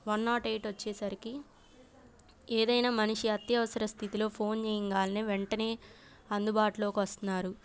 one naught eight వచ్చేసరికి ఏదైనా మనిషి అత్యవసర స్థితిలో ఫోన్ చెయ్యగానే వెంటనే అందుబాటులోకి వస్తున్నారు